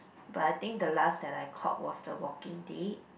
but I think the last that I caught was the Walking Dead